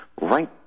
right